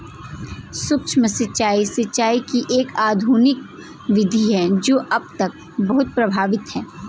सूक्ष्म सिंचाई, सिंचाई की एक आधुनिक विधि है जो अब तक बहुत प्रभावी है